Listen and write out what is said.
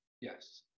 Yes